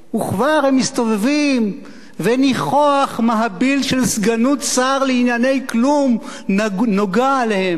וכבר הם מסתובבים וניחוח מהביל של סגנות שר לענייני כלום נוגה עליהם.